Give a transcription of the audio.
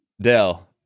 Dell